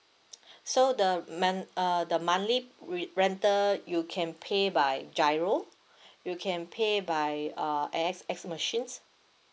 so the month uh the monthly r~ rental you can pay by GIRO you can pay by uh A_X_S machines